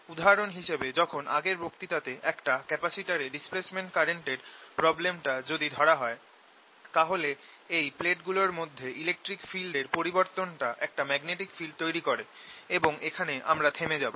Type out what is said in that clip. উদাহরণ হিসেবে যখন আগের বক্তৃতাতে একটা ক্যাপাসিটর এ ডিসপ্লেসমেন্ট কারেন্ট এর প্রবলেমটা যদি ধরা হয় তাহলে এই প্লেটগুলোর মধ্যে ইলেকট্রিক ফিল্ড এর পরিবর্তন টা একটা ম্যাগনেটিক ফিল্ড তৈরি করে এবং এখানে আমরা থেমে যাব